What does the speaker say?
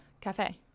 Cafe